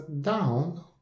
down